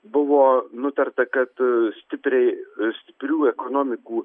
buvo nutarta kad stipriai stiprių ekonomikų